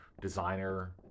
designer